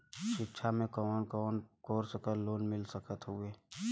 शिक्षा मे कवन कवन कोर्स पर लोन मिल सकत हउवे?